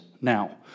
now